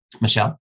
Michelle